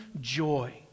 joy